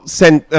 sent